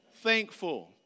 Thankful